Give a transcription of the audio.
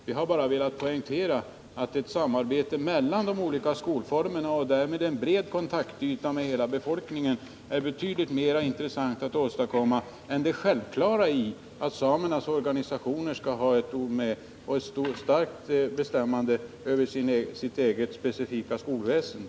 Vi har bara velat poängtera att ett samarbete mellan de olika skolformerna och därmed en bred kontaktyta med hela befolkningen är betydligt mera intressant att åstadkomma än det självklara i att samernas organisationer skall ha ett ord med i laget och ett starkt bestämmande över sitt eget specifika skolväsende.